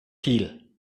kiel